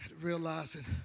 Realizing